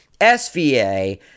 SVA